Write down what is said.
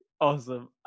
Awesome